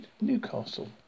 Newcastle